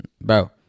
bro